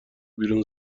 بیرون